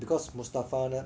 because mustafa there